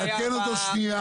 תעדכן אותו שנייה.